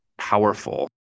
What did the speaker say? powerful